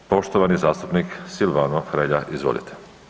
Poštovani zastupnik Silvano Hrelja, izvolite.